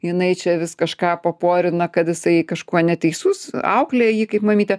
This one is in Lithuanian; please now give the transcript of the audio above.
jinai čia vis kažką paporina kad jisai kažkuo neteisus auklėja jį kaip mamytė